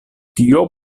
tio